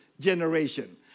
generation